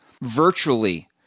virtually